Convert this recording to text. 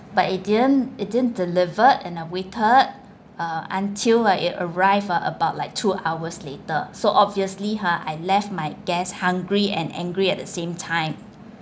but it didn't it didn't delivered and I waited uh until it arrived about like two hours later so obviously ha I left my guests hungry and angry at the same time